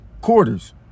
Quarters